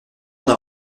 d’un